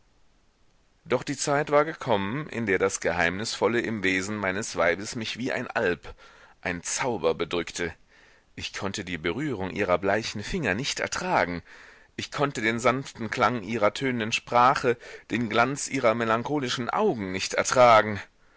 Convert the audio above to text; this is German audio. doch die zeit war gekommen in der das geheimnisvolle im wesen meines weibes mich wie ein alp ein zauber bedrückte ich konnte die berührung ihrer bleichen finger nicht ertragen ich konnte den sanften klang ihrer tönenden sprache den glanz ihrer melancholischen augen nicht ertragen